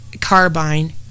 carbine